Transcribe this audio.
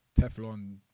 Teflon